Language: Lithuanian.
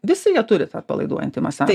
visi jie turi tą atpalaiduojantį masažą